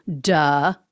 duh